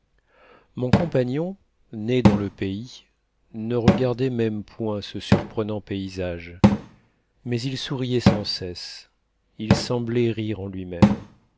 mon compagnon né dans le pays ne regardait même point ce surprenant paysage mais il souriait sans cesse il semblait rire en lui-même